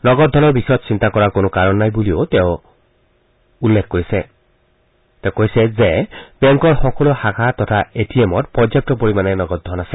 নগদ ধনৰ বিষয়ত চিন্তা কৰাৰ কোনো কাৰণ নাই বুলি উল্লেখ কৰি শ্ৰীকুমাৰে কয় যে বেংকৰ সকলো শাখা তথা এ টি এমত পৰ্যাপ্ত পৰিমাণে নগদ ধন আছে